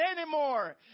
anymore